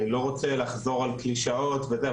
אני לא רוצה לחזור על קלישאות וזה,